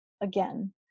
again